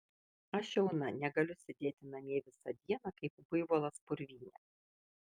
aš jauna negaliu sėdėti namie visą dieną kaip buivolas purvyne